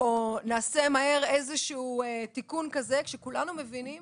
או נעשה מהר איזשהו תיקון כזה כשכולנו מבינים